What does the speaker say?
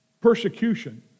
persecution